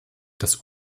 das